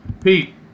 Pete